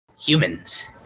Humans